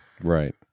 right